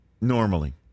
normally